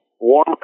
warm